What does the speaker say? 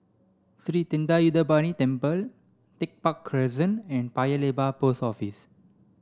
Sri Thendayuthapani Temple Tech Park Crescent and Paya Lebar Post Office